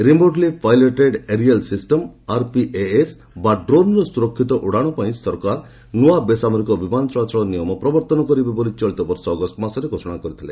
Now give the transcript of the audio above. remotely piloted aerial system RPAS ବା ଡ୍ରୋନ୍ର ସୁରକ୍ଷିତ ଉଡ଼ାଣ ପାଇଁ ସରକା ନୂଆ ବେସାମରିକ ବିମାନ ଚଳାଚଳ ନିୟମ ପ୍ରବର୍ତ୍ତନ କରିବେ ବୋଲି ଚଳିତବର୍ଷ ଅଗଷ୍ଟ ମାସରେ ଘୋଷଣା କରିଥିଲେ